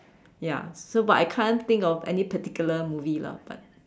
ya so but I can't think of any particular movie lah but